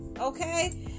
Okay